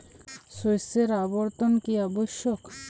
শস্যের আবর্তন কী আবশ্যক?